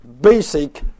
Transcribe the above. basic